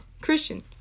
Christian